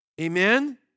Amen